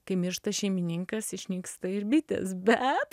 kai miršta šeimininkas išnyksta ir bitės bet